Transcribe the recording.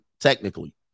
technically